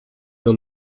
dans